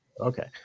Okay